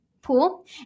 pool